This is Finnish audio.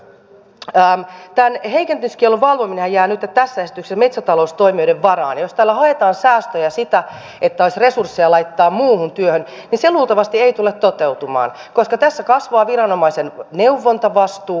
tämän heikentämiskiellon valvominenhan jää nytten tässä esityksessä metsätaloustoimijoiden varaan ja jos tällä haetaan säästöjä ja sitä että olisi resursseja laittaa muuhun työhön niin se luultavasti ei tule toteutumaan koska tässä kasvaa viranomaisen neuvontavastuu koulutusvastuu